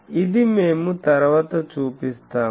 ఇది మేము తరువాత చూపిస్తాము